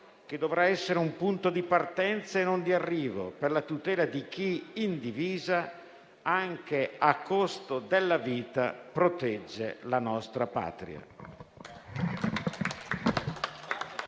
che dovrà essere un punto di partenza e non di arrivo, per la tutela di chi in divisa, anche a costo della vita, protegge la nostra Patria.